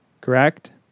correct